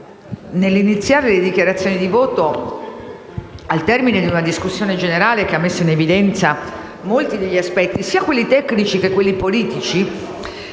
nell'iniziare le dichiarazioni di voto al termine di una discussione generale che ha messo in evidenza molti aspetti, sia tecnici che politici,